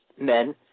men